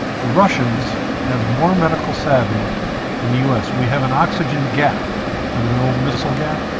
the russians have more medical savvy than the us we have an oxygen gap remember the missile gap?